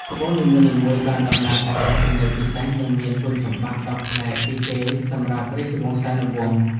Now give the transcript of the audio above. ត្បូងនីមួយៗបានតំណាងឱ្យអត្ថន័យពិសេស និងមានគុណសម្បត្តិដ៏ប្លែកពីគេសម្រាប់រាជវង្សានុវង្ស។